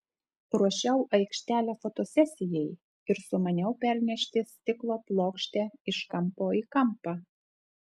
ruošiau aikštelę fotosesijai ir sumaniau pernešti stiklo plokštę iš kampo į kampą